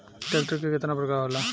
Tractor के केतना प्रकार होला?